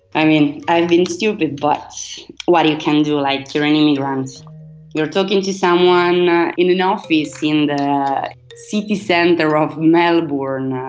i'm mean i've been stupid but what you can do, like, you're an immigrant. you're talking to someone in an office in the city centre of melbourne,